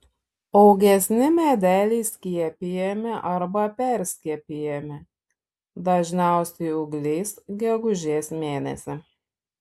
augesni medeliai skiepijami arba perskiepijami dažniausiai ūgliais gegužės mėnesį